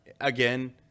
again